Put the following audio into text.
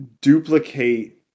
duplicate